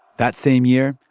that same year,